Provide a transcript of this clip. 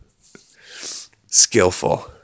skillful